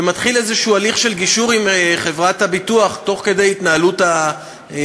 ומתחיל איזשהו הליך של גישור עם חברת הביטוח תוך כדי ההתנהלות המשפטית,